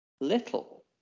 little